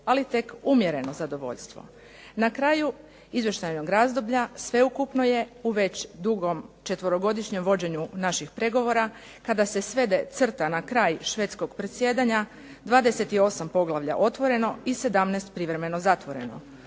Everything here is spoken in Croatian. ali tek umjereno zadovoljstvo. Na kraju izvještajnog razdoblja sveukupno je u već dugom četverogodišnjem vođenju naših pregovora, kada se svede crta na kraj švedskog predsjedanja, 28 poglavlja otvoreno i 17 privremeno zatvoreno,